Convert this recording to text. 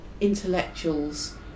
intellectuals